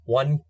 one